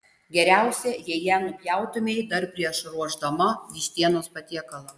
geriausia jei ją nupjautumei dar prieš ruošdama vištienos patiekalą